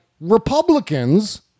Republicans